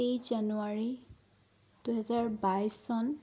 তেইছ জানুৱাৰী দুহেজাৰ বাইছ চন